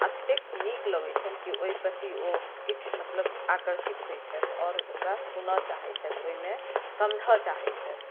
अतैक नीक लगै छनि की ओहि प्रति ओ किछु मतलब आकर्षित होइ छथि आओर ओकरा सुनऽ चाहै छथि ओहिमे समझऽ चाहै छथि